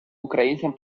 українцям